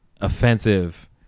offensive